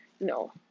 no